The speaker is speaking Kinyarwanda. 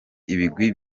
ibigwi